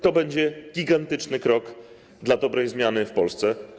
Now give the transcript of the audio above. To będzie gigantyczny krok dla dobrej zmiany w Polsce.